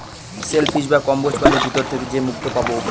shell fish বা কম্বোজ প্রাণীর ভিতর থেকে যে মুক্তো পাবো